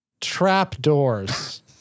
trapdoors